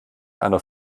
einer